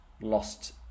lost